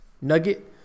nugget